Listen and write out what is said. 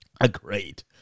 Agreed